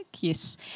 Yes